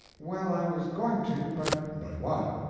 well, i was going to, but but what?